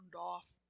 off